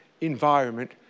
environment